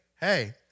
hey